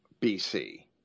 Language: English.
BC